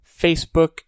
Facebook